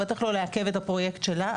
בטח לא לעכב את הפרויקט שלה.